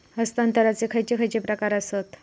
हस्तांतराचे खयचे खयचे प्रकार आसत?